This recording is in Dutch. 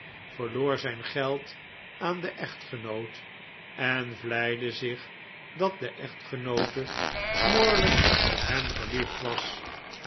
verloor zijn geld aan den echtgenoot en vleide zich dat de echtgenoote smoorlijk op hem verliefd was